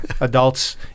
adults